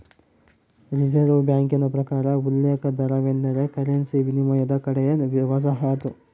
reserve ಬ್ಯಾಂಕಿನ ಪ್ರಕಾರ ಉಲ್ಲೇಖ ದರವೆಂದರೆ ಕರೆನ್ಸಿ ವಿನಿಮಯದ ಕಡೆಯ ವಸಾಹತು